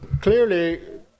clearly